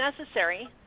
necessary